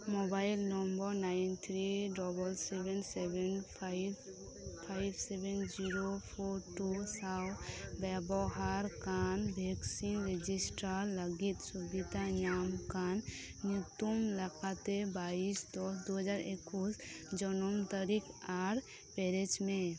mobile number nine three double seven seven five five seven zero four two ᱥᱟᱶ ᱵᱮᱵᱚᱦᱟᱨᱮᱫ ᱠᱟᱱ vaccine register ᱞᱟᱹᱜᱤᱫ ᱥᱩᱵᱤᱫᱟ ᱧᱟᱢᱮᱫ ᱠᱟᱱ ᱧᱩᱛᱩᱢ ᱞᱮᱠᱟᱛᱮ ᱵᱟᱭᱤᱥ ᱫᱚᱥ ᱫᱩᱦᱟᱡᱟᱨ ᱮᱠᱩᱥ ᱡᱚᱱᱚᱢ ᱛᱟᱹᱨᱤᱠᱷ ᱟᱨ ᱯᱮᱨᱮᱡᱽ ᱢᱮ